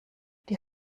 die